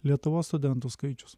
lietuvos studentų skaičius